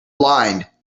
blind